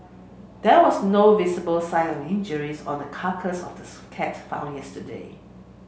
there was no visible sign of injuries on the carcass cat found yesterday